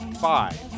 five